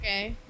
okay